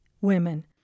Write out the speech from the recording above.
women